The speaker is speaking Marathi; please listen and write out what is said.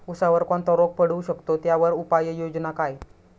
ऊसावर कोणता रोग पडू शकतो, त्यावर उपाययोजना काय?